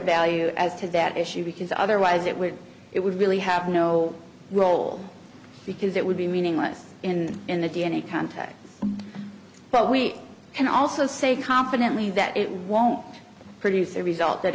value as to that issue because otherwise it would it would really have no role because it would be meaningless in in the d n a context but we can also say confidently that it won't produce a result that